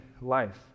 life